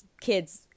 kids